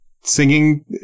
singing